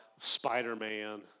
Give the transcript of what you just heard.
Spider-Man